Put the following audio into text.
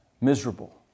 miserable